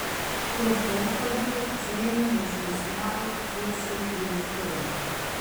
po pokalbio džeinė nužingsniavo tiesiai į virtuvę